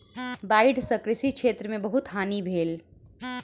बाइढ़ सॅ कृषि क्षेत्र में बहुत हानि भेल